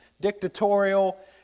dictatorial